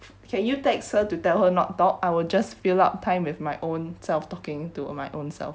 okay you text her to tell her not talk I will just fill up time with my own self talking to my ownself